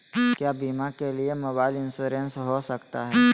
क्या बीमा के लिए मोबाइल इंश्योरेंस हो सकता है?